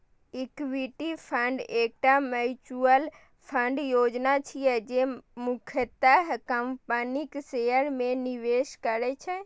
equity fund एकटा mutual fund योजना छियै, जे मुख्यतः कंपनीक शेयर मे निवेश करै छै